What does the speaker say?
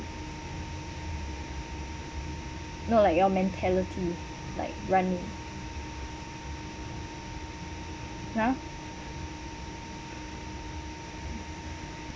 no like your mentality like running !huh!